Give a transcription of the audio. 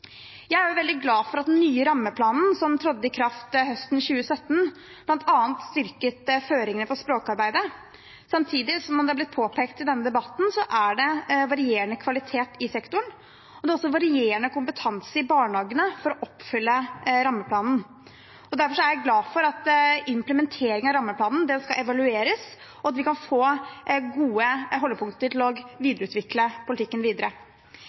Jeg er veldig glad for at den nye rammeplanen, som trådte i kraft høsten 2017, bl.a. styrket føringene for språkarbeidet. Samtidig er det, som det er blitt påpekt i denne debatten, varierende kvalitet i sektoren. Det er også varierende kompetanse i barnehagene for å oppfylle rammeplanen. Derfor er jeg glad for at implementering av rammeplanen skal evalueres, og at vi kan få gode holdepunkter for å videreutvikle politikken.